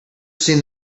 seen